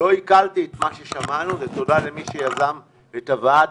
לא עיכלתי את מה ששמענו, ותודה למי שיזם את הבאת